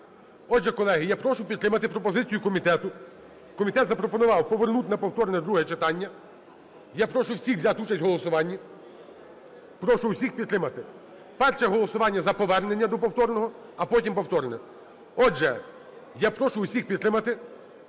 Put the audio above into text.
Отже, колеги, я прошу підтримати пропозицію комітету. Комітет запропонував повернути на повторне друге читання. Я прошу всіх взяти участь в голосуванні, прошу усіх підтримати. Перше голосування за повернення до повторного, а потім повторне. Отже, я прошу усіх підтримати